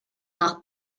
nach